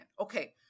Okay